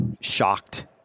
shocked